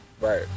Right